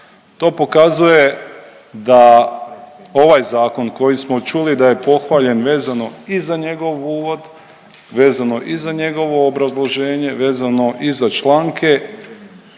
To pokazuje da ovaj zakon koji smo čuli da je pohvaljen vezano i za njegov uvod, vezano i za njegovo obrazloženje, vezano i za članke